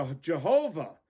Jehovah